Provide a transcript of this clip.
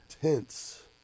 Tense